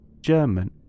German